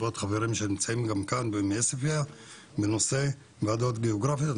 ועוד חברים שנמצאים גם כאן מעוספיה בנושא ועדות גאוגרפיות.